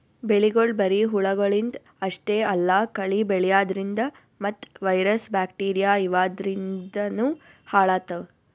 ಬೆಳಿಗೊಳ್ ಬರಿ ಹುಳಗಳಿಂದ್ ಅಷ್ಟೇ ಅಲ್ಲಾ ಕಳಿ ಬೆಳ್ಯಾದ್ರಿನ್ದ ಮತ್ತ್ ವೈರಸ್ ಬ್ಯಾಕ್ಟೀರಿಯಾ ಇವಾದ್ರಿನ್ದನೂ ಹಾಳಾತವ್